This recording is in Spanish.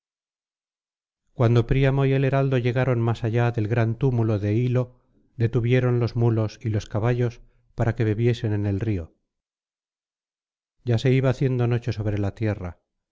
cuando príamo y el heraldo llegaron más allá del gran túmulo de lio detuvieron los mulos y los caballos para que bebiesen en el río ya se iba haciendo noche sobre la tierra